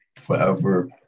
forever